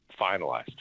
finalized